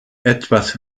etwas